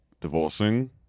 divorcing